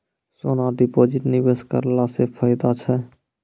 सोना deposit निवेश करला से फैदा छै?